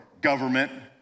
government